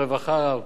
ארצות-הברית,